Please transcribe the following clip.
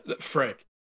Frank